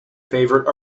favorite